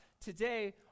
today